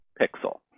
pixel